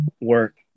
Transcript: work